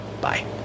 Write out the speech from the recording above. Bye